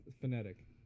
phonetic